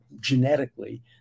genetically